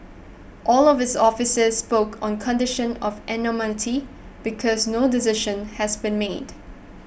all of the officials spoke on condition of anonymity because no decision has been made